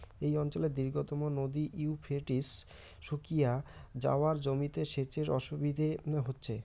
এই অঞ্চলের দীর্ঘতম নদী ইউফ্রেটিস শুকিয়ে যাওয়ায় জমিতে সেচের অসুবিধে হচ্ছে